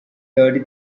thirty